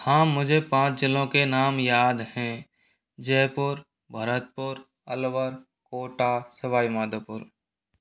हाँ मुझे पाँच जिलों के नाम याद हैं जयपुर भरतपुर अलवर कोटा सवाई माधोपुर